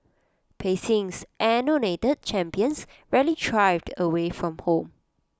Beijing's anointed champions rarely thrive away from home